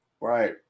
Right